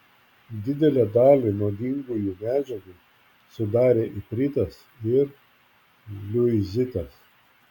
didelę dalį nuodingųjų medžiagų sudarė ipritas ir liuizitas